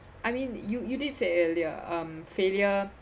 I mean you you did say earlier um failure